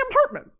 Hartman